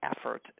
effort